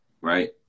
right